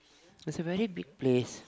it's a very big place